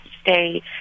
stay